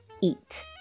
eat